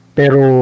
pero